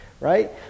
right